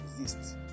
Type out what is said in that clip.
exists